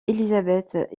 élisabeth